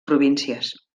províncies